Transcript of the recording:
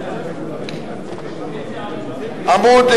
איזה עמוד?